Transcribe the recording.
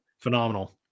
phenomenal